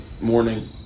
morning